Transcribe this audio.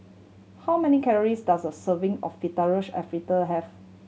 how many calories does a serving of Fettuccine Alfredo have